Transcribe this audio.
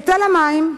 היטל המים,